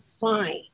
fine